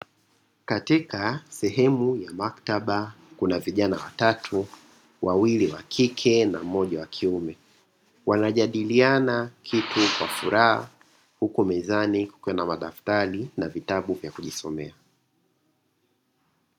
Katika sehemu ya maktaba kuna vijana watatu wawili wakike na mmoja wa kiume, wanajadiliana kitu kwa furaha huku mezani kukiwa na madaftari na vitabu vya kujisomea.